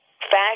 fashion